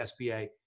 SBA